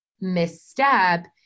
misstep